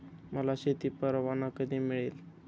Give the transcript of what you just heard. मला शेती परवाना कधी मिळेल?